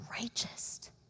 righteous